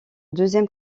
deuxième